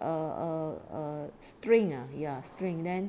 err err err string ah ya string then